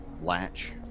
latch